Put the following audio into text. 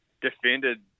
defended